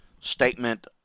statement